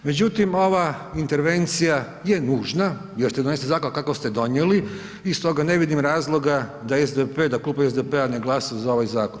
Međutim, ova intervencija je nužna jer ste donijeli zakon kakav ste donijeli i stoga ne vidim razloga da SDP, da klub SDP-a ne glasa za ovaj zakon.